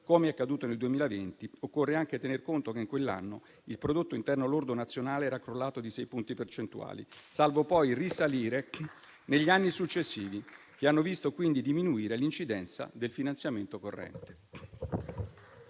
come è accaduto nel 2020, occorre anche tener conto che in quell'anno il prodotto interno lordo nazionale era crollato di sei punti percentuali, salvo poi risalire negli anni successivi che hanno visto quindi diminuire l'incidenza del finanziamento corrente.